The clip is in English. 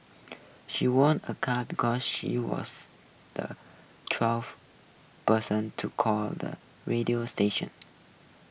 she won a car because she was the twelfth person to call the radio station